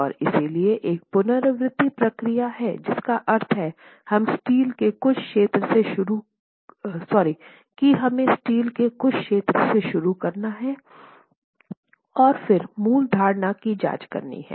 और इसलिए एक पुनरावृति प्रक्रिया है जिसका अर्थ है हम स्टील के कुछ क्षेत्र से शुरू करना है और फिर मूल धारणा की जांच करनी है